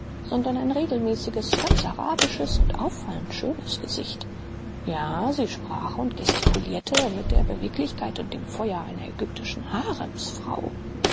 sondern ein regelmäßiges ganz arabisches und auffallend schönes gesicht ja sie sprach und gestikulierte mit der beweglichkeit und dem feuer einer ägyptischen haremsfrau